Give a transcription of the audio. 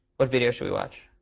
what video should we watch?